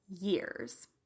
years